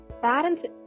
parents